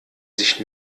sich